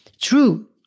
True